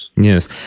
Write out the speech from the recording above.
Yes